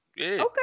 Okay